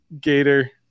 gator